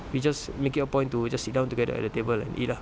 we just make it a point to just sit down together at a table and eat ah